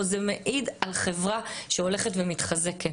זה מעיד על חברה שהולכת ומתחזקת,